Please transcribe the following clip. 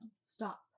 Stop